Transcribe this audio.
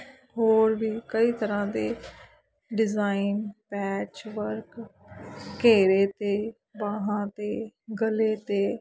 ਹੋਰ ਵੀ ਕਈ ਤਰ੍ਹਾਂ ਦੇ ਡਿਜ਼ਾਇਨ ਪੈਚ ਵਰਕ ਘੇਰੇ 'ਤੇ ਬਾਹਾਂ ਦੇ ਗਲੇ 'ਤੇ